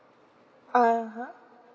(uh huh)